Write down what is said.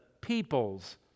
people's